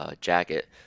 jacket